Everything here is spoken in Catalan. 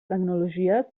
tecnologies